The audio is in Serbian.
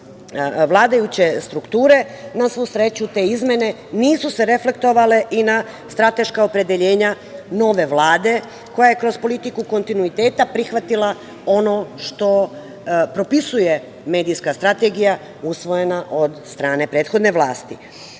vladajuće strukture, na svu sreću, te izmene nisu se reflektovale i na strateška opredeljenja nove Vlade koja je kroz politiku kontinuiteta prihvatila ono što propisuje medijska strategija usvojena od strane prethodne vlasti.